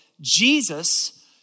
Jesus